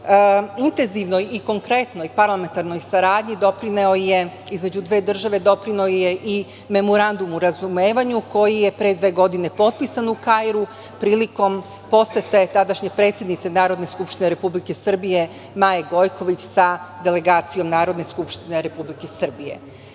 Egipat. Intenzivnoj i konkretnoj i parlamentarnoj saradnji između dve države doprineo je i Memorandum o razumevanju koji je pre dve godine potpisan u Kairu prilikom posete tadašnje predsednice Narodne skupštine Republike Srbije Maje Gojković sa delegacijom Narodne skupštine Republike